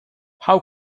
how